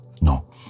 No